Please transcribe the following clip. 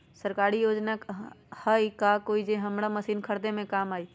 सरकारी योजना हई का कोइ जे से हमरा मशीन खरीदे में काम आई?